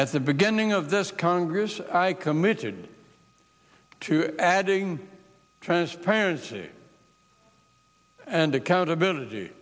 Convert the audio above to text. at the beginning of this congress i committed to adding transparency and accountability